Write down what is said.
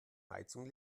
heizung